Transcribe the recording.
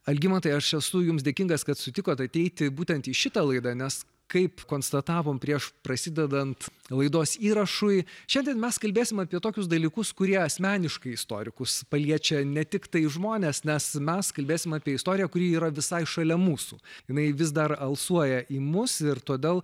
algimantai aš esu jums dėkingas kad sutikote ateiti būtent į šitą laidą nes kaip konstatavom prieš prasidedant laidos įrašui šiandien mes kalbėsim apie tokius dalykus kurie asmeniškai istorikus paliečia ne tiktai žmones nes mes kalbėsim apie istoriją kuri yra visai šalia mūsų jinai vis dar alsuoja į mus ir todėl